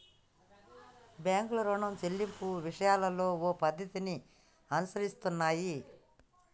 బాంకులు రుణం సెల్లింపు విషయాలలో ఓ పద్ధతిని అనుసరిస్తున్నాయి